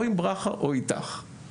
או עם ברכה האחות,